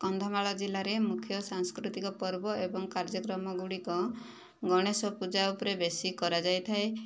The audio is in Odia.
କନ୍ଧମାଳ ଜିଲ୍ଲାରେ ମୁଖ୍ୟ ସାଂସ୍କୃତିକ ପର୍ବ ଏବଂ କାର୍ଯ୍ୟକ୍ରମ ଗୁଡ଼ିକ ଗଣେଶ ପୂଜା ଉପରେ ବେଶି କରାଯାଇଥାଏ